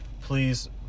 Please